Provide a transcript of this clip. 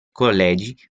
collegi